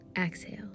Exhale